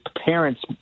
parents